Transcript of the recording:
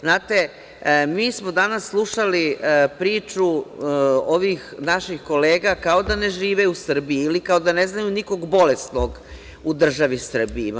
Znate, mi smo danas slušali priču ovih naših kolega kao da ne žive u Srbiji ili kao da ne znaju nikog bolesnog u državi Srbiji.